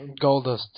Goldust